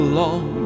long